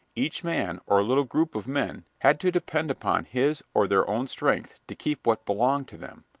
each man or little group of men had to depend upon his or their own strength to keep what belonged to them,